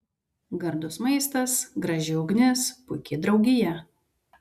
gardus maistas graži ugnis puiki draugija